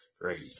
Great